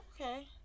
okay